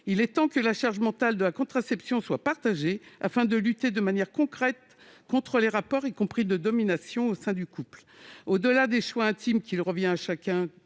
Il est temps que la charge mentale de la contraception soit partagée, afin de lutter de manière concrète, notamment contre les rapports de domination au sein du couple. Au-delà des choix intimes qu'il revient à chacun